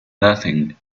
nothing